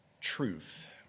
truth